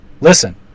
Listen